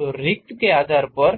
तो रिक्ति के आधार पर